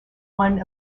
one